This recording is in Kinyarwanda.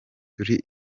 turi